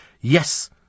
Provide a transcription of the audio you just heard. Yes